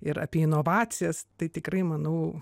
ir apie inovacijas tai tikrai manau